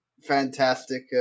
fantastic